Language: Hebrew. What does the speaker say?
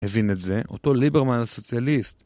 הבין את זה אותו ליברמן הסוציאליסט